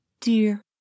dear